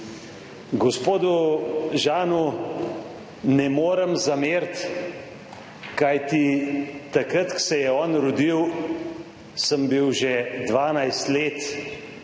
Gospodu Žanu ne morem zameriti, kajti takrat, ko se je on rodil, sem bil že 12 let